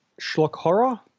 SchlockHorror